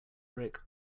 brick